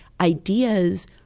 Ideas